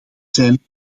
zijn